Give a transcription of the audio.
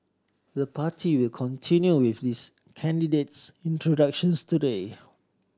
the party will continue with its candidates introductions today